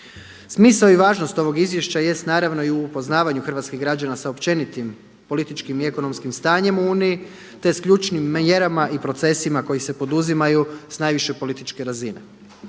Smisao i važnost ovog izvješća jest naravno i u upoznavanju hrvatskih građana sa općeniti političkim i ekonomskim stanjem u Uniji te s ključnim mjerama i procesima koji se poduzimaju s najviše političke razine.